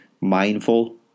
mindful